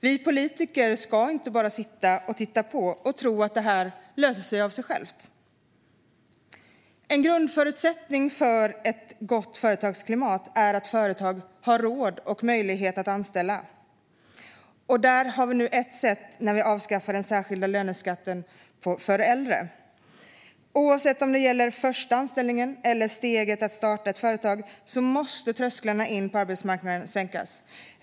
Vi politiker ska inte bara sitta och titta på och tro att detta löser sig av sig självt. En grundförutsättning för ett gott företagsklimat är att företag har råd och möjlighet att anställa. Ett sätt var att avskaffa den särskilda löneskatten för föräldrar. Oavsett om det gäller första anställningen eller steget att starta ett företag måste trösklarna in på arbetsmarknaden sänkas.